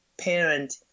parent –